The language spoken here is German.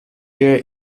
der